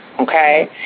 Okay